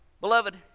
Beloved